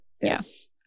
yes